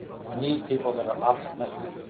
we need people that are optimistic.